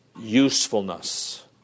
Usefulness